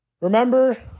Remember